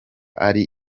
ari